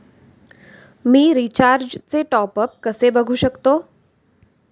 मी रिचार्जचे टॉपअप कसे बघू शकतो?